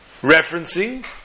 Referencing